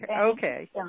Okay